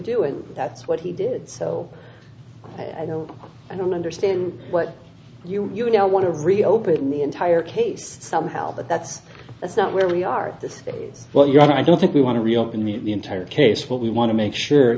do and that's what he did so i don't i don't understand what you you know want to reopen the entire case somehow but that's that's not where we are this is what you're i don't think we want to reopen the entire case what we want to make sure